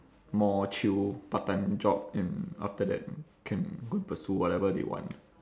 more chill part time job and after that can go and pursue whatever they want